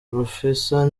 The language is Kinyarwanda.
professor